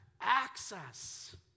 access